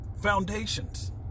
Foundations